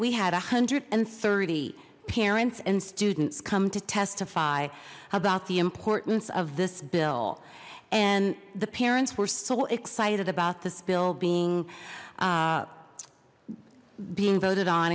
we had a hundred and thirty parents and students come to testify about the importance of this bill and the parents were so excited about this bill being being voted on